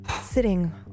sitting